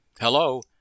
Hello